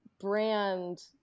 brand